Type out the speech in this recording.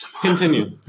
Continue